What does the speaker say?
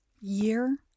year